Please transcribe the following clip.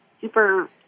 super